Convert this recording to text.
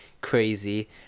crazy